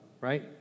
right